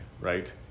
Right